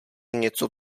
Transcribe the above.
něco